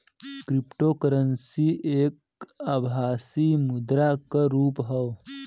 cryptocurrency एक आभासी मुद्रा क रुप हौ